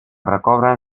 recobren